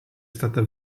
stata